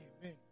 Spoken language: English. Amen